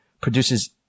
produces